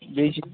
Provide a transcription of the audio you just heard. بیٚیہِ چھِ